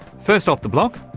first off the block,